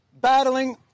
battling